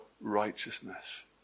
righteousness